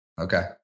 Okay